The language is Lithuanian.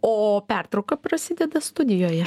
o pertrauka prasideda studijoje